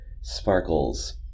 sparkles